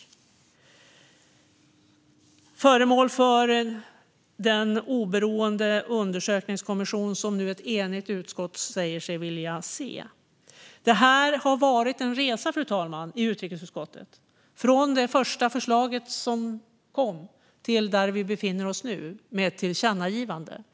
Den är föremål för den oberoende undersökningskommission som ett enigt utskott nu säger sig vilja se. Det har varit en resa i utrikesutskottet, fru talman, från det första förslaget som kom till där vi nu befinner oss med ett tillkännagivande.